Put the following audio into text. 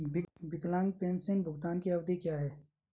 विकलांग पेंशन भुगतान की अवधि क्या है?